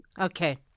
Okay